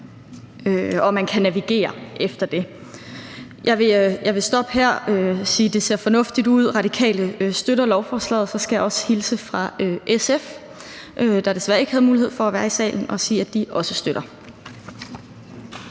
så man kan navigere efter det. Jeg vil stoppe her, men jeg vil sige, at det ser fornuftigt ud. Radikale støtter lovforslaget, og jeg skal også hilse fra SF, der desværre ikke havde mulighed for at være i salen, og sige, at de også støtter.